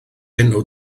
enw